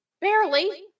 Barely